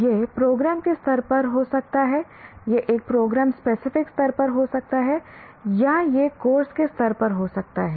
यह प्रोग्राम के स्तर पर हो सकता है यह एक प्रोग्राम स्पेसिफिक स्तर पर हो सकता है या यह कोर्स के स्तर पर हो सकता है